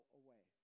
away